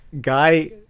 Guy